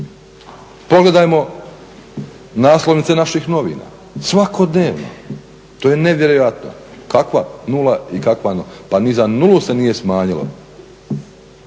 Pogledajmo naslovnice naših novina, svakodnevno, to je nevjerojatno kakva nula i kakva tolerancija. Pa ni za nulu se nije smanjilo.